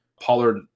Pollard